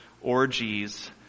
orgies